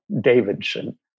Davidson